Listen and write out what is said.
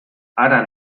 hara